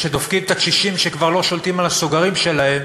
דופקים את הקשישים שכבר לא שולטים בסוגרים שלהם,